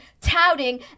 touting